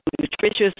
nutritious